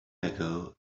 ago